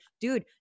dude